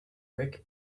brick